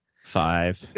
Five